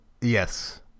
Yes